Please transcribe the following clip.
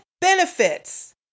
benefits